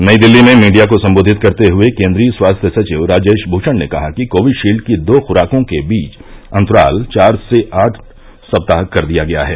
नई दिल्ली में मीडिया को संबोधित करते हए केंद्रीय स्वास्थ्य सचिव राजेश भूषण ने कहा कि कोविशील्ड की दो खुराकों के बीच अंतराल चार से आठ सप्ताह कर दिया गया है